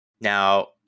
Now